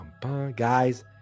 Guys